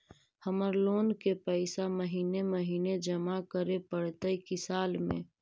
हमर लोन के पैसा महिने महिने जमा करे पड़तै कि साल में?